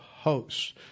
Hosts